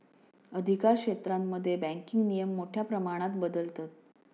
अधिकारक्षेत्रांमध्ये बँकिंग नियम मोठ्या प्रमाणात बदलतत